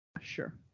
Sure